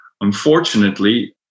Unfortunately